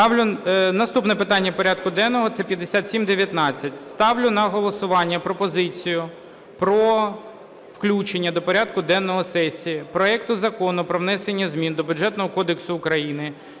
Наступне питання порядку денного – це 5719. Ставлю на голосування пропозицію про включення до порядку денного сесії проекту закону про внесення змін до Бюджетного кодексу України